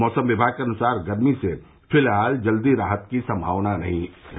मौसम विमाग के अनुसार गर्मी से फिलहाल जल्दी राहत की संभावना नहीं है